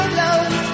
love